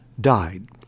died